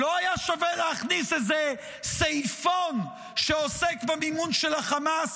לא היה שווה להכניס איזה סעיפון שעוסק במימון של החמאס